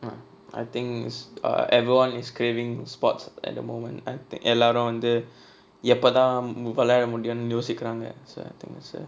I things err everyone is craving spots at the moment எல்லாரும் வந்து எப்பதான் விளையாட முடியும்னு யோசிக்குறாங்க:ellaarum vanthu eppathaan vilaiyaada mudiyumnu yosikkuraanga